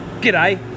G'day